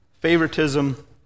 favoritism